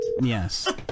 Yes